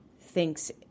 thinks